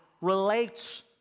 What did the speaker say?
relates